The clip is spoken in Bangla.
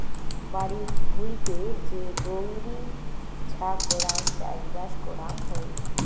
বাড়িত ভুঁইতে যে গৈরী ছা করাং চাষবাস করাং হই